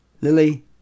Lily